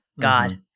god